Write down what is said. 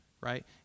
right